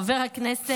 חבר הכנסת,